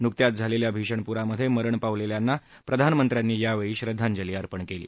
नुकत्याच झालेल्या भीषण पुरामधे मरण पावलेल्यांना प्रधानमंत्र्यांनी यावेळी श्रद्धांजली अर्पण केली